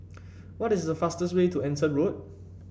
what is the fastest way to Anson Road